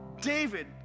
David